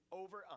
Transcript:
over